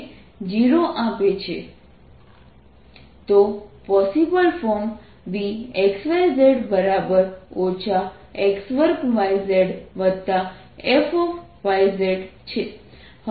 ∂V∂xFx 2xyz Vxyz x2yzf તો possible form Vxyz x2yzf છે